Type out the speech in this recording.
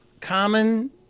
common